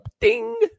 ding